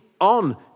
on